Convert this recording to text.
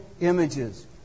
images